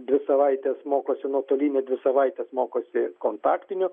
dvi savaites mokosi nuotoliniu dvi savaites mokosi kontaktiniu